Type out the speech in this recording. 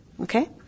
Okay